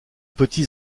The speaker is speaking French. petits